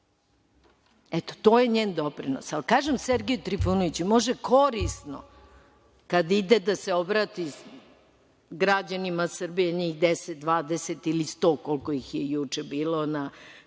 fond. To je njen doprinos, ali kažem Sergeju Trifunoviću, možda je korisno kada ide da se obrati građanima Srbije, njih 10, 20 ili 100, koliko ih je juče bilo na